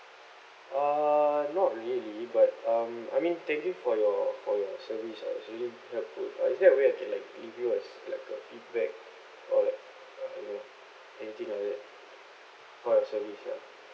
ah not really but um I mean thank you for your for your service ah it was really helpful uh is there a way I can like leave you as like a feedback or like uh you know anything like that for your service ya